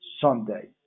Sunday